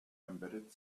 embedded